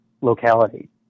locality